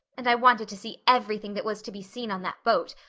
and i wanted to see everything that was to be seen on that boat,